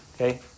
Okay